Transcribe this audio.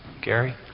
Gary